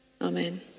Amen